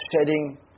shedding